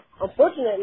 Unfortunately